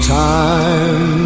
time